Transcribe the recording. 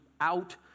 out